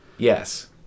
Yes